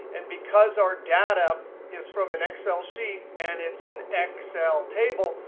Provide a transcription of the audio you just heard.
and because our data is from an excel sheet, and it's an excel table,